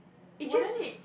it just